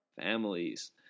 families